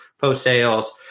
post-sales